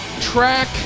track